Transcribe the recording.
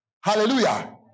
Hallelujah